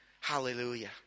Hallelujah